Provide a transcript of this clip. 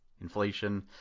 inflation